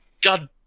God